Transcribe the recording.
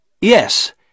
Yes